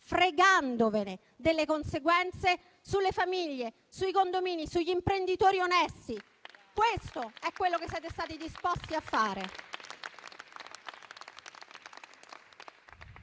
fregandovene delle conseguenze sulle famiglie, sui condomini e sugli imprenditori onesti. Questo è quello che siete stati disposti a fare.